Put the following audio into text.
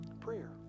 prayer